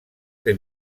que